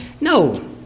No